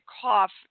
cough